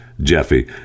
Jeffy